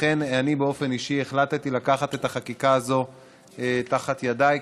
לכן אני באופן אישי החלטתי לקחת את החקיקה הזאת תחת ידיי,